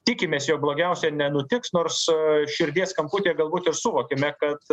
tikimės jog blogiausia nenutiks nors širdies kamputyje galbūt ir suvokėme kad